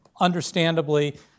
understandably